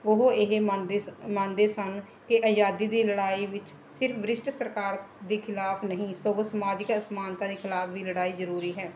ਉਹ ਇਹ ਮੰਨਦੇ ਮੰਨਦੇ ਸਨ ਕਿ ਆਜ਼ਾਦੀ ਦੀ ਲੜਾਈ ਵਿੱਚ ਸਿਰਫ ਬ੍ਰਿਸਟ ਸਰਕਾਰ ਦੇ ਖਿਲਾਫ ਨਹੀਂ ਸਗੋਂ ਸਮਾਜਿਕ ਅਸਮਾਨਤਾ ਦੇ ਖਿਲਾਫ ਵੀ ਲੜਾਈ ਜ਼ਰੂਰੀ ਹੈ